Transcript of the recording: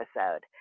episode